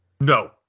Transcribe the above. No